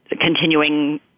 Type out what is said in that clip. continuing